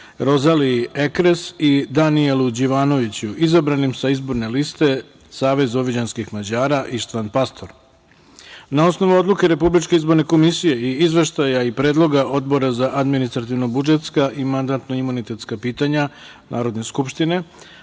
Rozaliji Ekres i Danijelu Đivanoviću, izabranim sa Izborne liste Savez vojvođanskih Mađara Ištvan Pastor. Na osnovu Odluke RIK-a i Izveštaja i predloga Odbora za administrativno-budžetska i mandatno-imunitetska pitanja Narodne skupštine,